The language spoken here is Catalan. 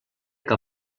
que